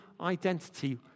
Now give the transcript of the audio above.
identity